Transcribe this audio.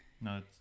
No